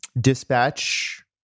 dispatch